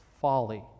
folly